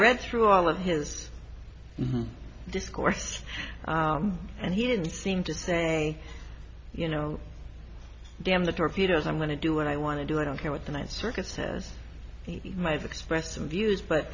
read through all of his discourse and he didn't seem to say you know damn the torpedoes i'm going to do what i want to do i don't care what the ninth circuit says he might have expressed some views but